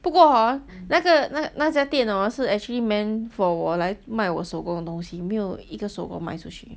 不过 hor 那个那那家店 hor 是 actually meant for 我来卖我手工的东西没有一个手工卖出去